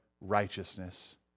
righteousness